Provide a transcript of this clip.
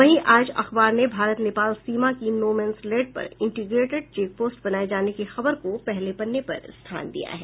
वहीं आज अखबार ने भारत नेपाल सीमा की नो मेंस लैंड पर इंटीग्रेटेड चेकपोस्ट बनाये जाने की खबर को पहले पन्ने पर स्थान दिया है